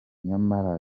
nyamara